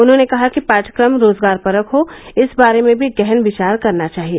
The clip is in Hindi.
उन्होंने कहा कि पाठ्यक्रम रोजगारपरक हो इस बारे में भी गहन विचार करना चाहिए